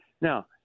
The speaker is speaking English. Now